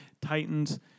titans